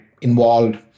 involved